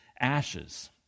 ashes